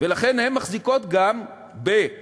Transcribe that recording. ולכן הן מחזיקות גם ב"לווייתן"